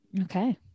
Okay